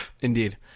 Indeed